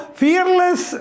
fearless